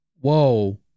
whoa